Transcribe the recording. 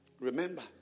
Remember